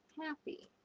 happy